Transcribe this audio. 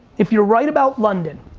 if you're right about london,